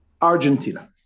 Argentina